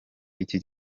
iki